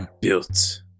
built